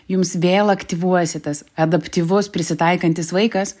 jums vėl aktyvuojasi tas adaptyvus prisitaikantis vaikas